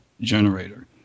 generator